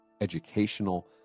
educational